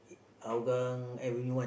Hougang everyone